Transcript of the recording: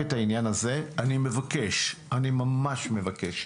אני ממש מבקש